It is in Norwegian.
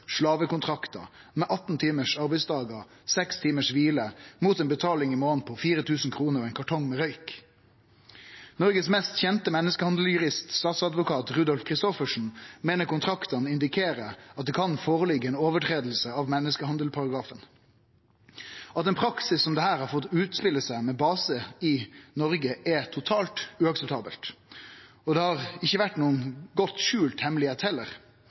slavekontraktar, med 18 timars arbeidsdagar og 6 timars kvile mot ei betaling i månaden på 4 000 kr og ein kartong røyk. Noregs mest kjende menneskehandeljurist, statsadvokat Rudolf Christoffersen, meiner kontraktane indikerer at det kan liggje føre eit brot på menneskehandelparagrafen. At ein praksis som dette har fått utspele seg med base i Noreg, er totalt uakseptabelt. Og det har ikkje vore noka godt